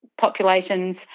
populations